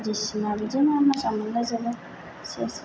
बायदिसिना बिदिनो मोजां मोनलाजोबो एसे एसे